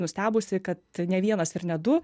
nustebusi kad ne vienas ir ne du